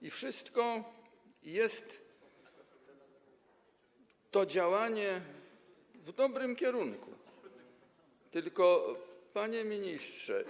To wszystko to działanie w dobrym kierunku, tylko, panie ministrze.